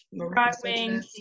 right-wing